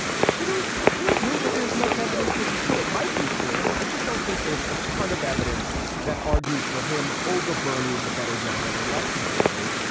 i don't i don't know that there's much evidence this is true. it might be true. i just don't think there's a ton of evidence that argues for him over bernie is the better general election candidate.